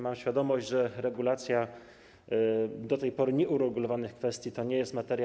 Mam świadomość, że regulacja do tej pory nieuregulowanych kwestii to nie jest łatwa materia.